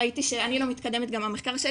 ראיתי שאני לא מתקדמת גם במחקר,